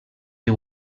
you